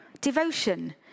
Devotion